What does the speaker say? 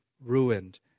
ruined